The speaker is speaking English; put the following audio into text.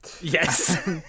yes